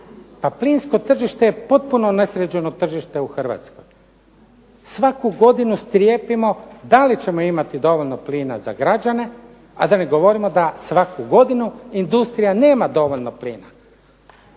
Pa plinsko tržište je potpuno nesređeno tržište u Hrvatskoj. Svaku godinu strijepimo da li ćemo imati dovoljno plina za građane, a da ne govorimo da svaku godinu industrija nema dovoljno plina.